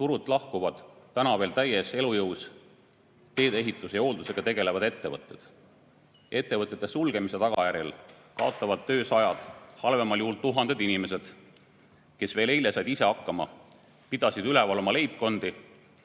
Turult lahkuvad täna veel täies elujõus, teede ehituse ja hooldusega tegelevad ettevõtted. Ettevõtete sulgemise tagajärjel kaotavad töö sajad, halvemal juhul tuhanded inimesed, kes veel eile said ise hakkama, pidasid üleval oma leibkondi